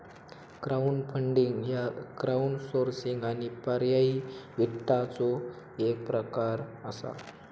crowdfunding ह्य crowdsourcing आणि पर्यायी वित्ताचो एक प्रकार असा